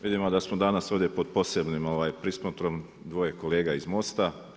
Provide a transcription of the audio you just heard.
Vidimo da smo danas ovdje pod posebnim prismotrom dvoje kolega iz MOST-a.